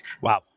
Wow